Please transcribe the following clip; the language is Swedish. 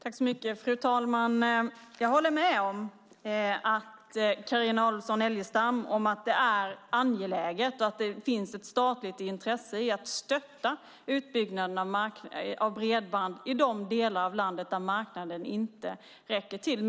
Fru talman! Jag håller med Carina Adolfsson Elgestam om att det är angeläget att det finns ett statligt intresse att stötta utbyggnaden av bredband i de delar av landet där marknaden inte räcker till.